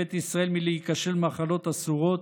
בית ישראל מלהיכשל במאכלות אסורות,